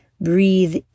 Breathe